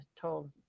told